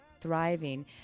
thriving